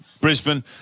Brisbane